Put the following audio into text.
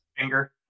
Finger